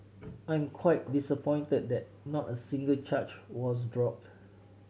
I am quite disappointed that not a single charge was dropped